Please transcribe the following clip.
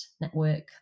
Network